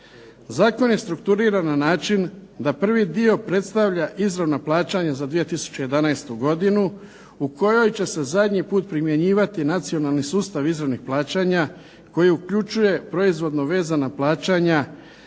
Zakon je strukturiran na način da prvi dio predstavlja izravna plaćanja za 2011. godinu u kojoj će se zadnji put primjenjivati nacionalni sustav izravnih plaćanja koji uključuje proizvodno vezana plaćanja